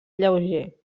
lleuger